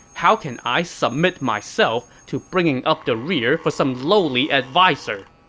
how can i submit myself to bringing up the rear for some lowly adviser!